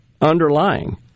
underlying